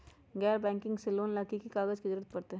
गैर बैंकिंग से लोन ला की की कागज के जरूरत पड़तै?